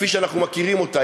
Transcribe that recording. כפי שאנחנו מכירים אותה,